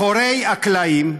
מאחורי הקלעים,